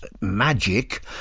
Magic